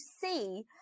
see